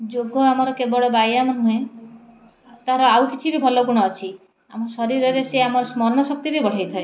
ଯୋଗ ଆମର କେବଳ ବ୍ୟାୟାମ ନୁହଁ ତା'ର ଆଉ କିଛି ବି ଭଲ ଗୁଣ ଅଛି ଆମ ଶରୀରରେ ସେ ଆମର ସ୍ମରଣଶକ୍ତି ବି ବଢ଼ାଇଥାଏ